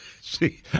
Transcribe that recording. see